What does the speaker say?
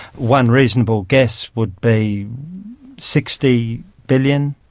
one reasonable guess would be sixty billion.